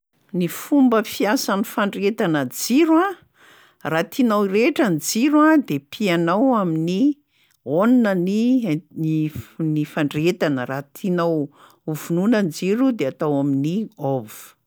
Ny fomba fiasan'ny fandrehetana jiro a: raha tianao hirehitra ny jiro a de pihanao amin'ny on ny in- ny f- ny fandrehetana, raha tianao ho vonoina ny jiro de atao amin'ny off.